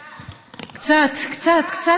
קצת, קצת.